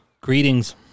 Greetings